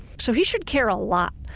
so he should care a lot.